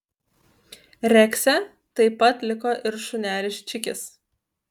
rekse taip pat liko ir šunelis čikis